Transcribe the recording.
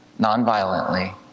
nonviolently